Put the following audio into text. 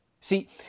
See